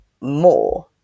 more